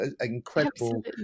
Incredible